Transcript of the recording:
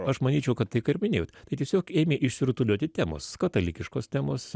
aš manyčiau kad tai ką ir minėjot tai tiesiog ėmė išsirutulioti temos katalikiškos temos